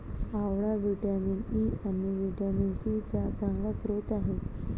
आवळा vitamin E आणि vitamin C चा चांगला स्रोत आहे